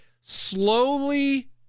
slowly